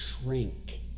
shrink